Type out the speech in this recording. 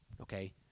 okay